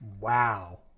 Wow